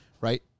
right